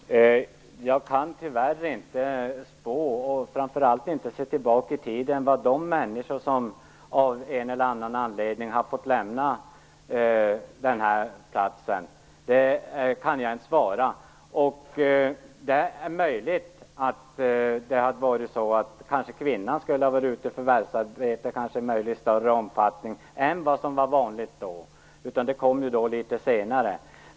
Fru talman! Jag kan tyvärr inte spå, och framför allt inte se tillbaka i tiden. Vad de människor som av en eller annan anledning har fått lämna denna plats skulle ha gjort kan jag inte svara på. Det är möjligt att kvinnan skulle ha varit ute och förvärvsarbetat i större omfattning än vad som var vanligt då - det kom ju litet senare.